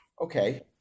Okay